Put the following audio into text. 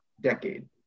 decade